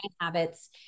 habits